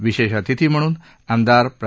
विशेष अतिथी म्हणून आमदार प्रा